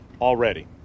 already